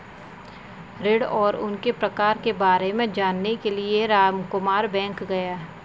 ऋण और उनके प्रकार के बारे में जानने के लिए रामकुमार बैंक गया